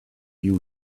you